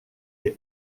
les